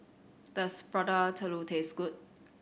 does Prata Telur taste good